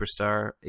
superstar